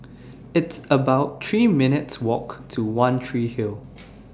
It's about three minutes' Walk to one Tree Hill